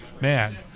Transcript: man